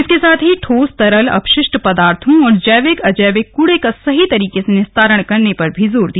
इसके साथ ही ठोस तरल अपशिष्ट पदार्थो और जैविक अजैविक कूड़े का सही तरीके से निस्तारण करने पर जोर दिया